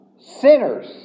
sinners